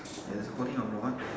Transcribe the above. ya it's holding a rod